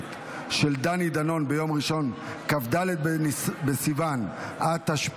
בכנסת של דני דנון ביום ראשון כ"ד בסיוון התשפ"ד,